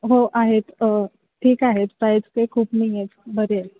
हो आहेत ठीक आहेत प्राईज ते खूप नाही आहेत बरे आहेत